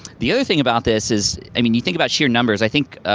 the other thing about this is, i mean you think about sheer numbers, i think,